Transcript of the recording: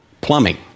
plumbing